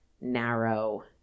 narrow